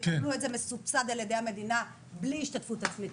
יקבלו את זה מסובסד על ידי המדינה בלי השתתפות עצמית,